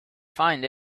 find